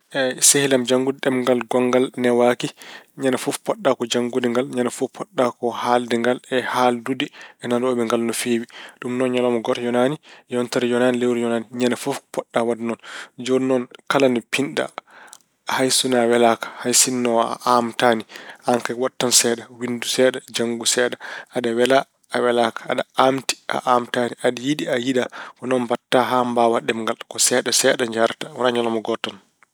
Sehil am, janngude ɗemngal ngonngal newaaki. Ñande fof potɗa ko janngude ngal. Ñande potɗa ko haalde ngal e haaldude e nanooɓe ngal no feewi. Ɗum noon ñalawma gooto yonaani, yontere yonaani, lewru yonaani. Ñande fof potɗa waɗde noon. Jooni noon kala nde pinɗa, hay sinno a welaaka, hay sinno a aamtaani, aan kay waɗ tan seeɗa, winndu seeɗa, janngu seeɗa. Aɗa welaa, a welaaka, aɗa aamti, a aamtaani, aɗa yiɗi, a yiɗaa. Ko noon mbaɗata haa mbaawa ɗemngal ngal. Ko seeɗa seeɗa njahrata, wonaa ñalawma gooto tan.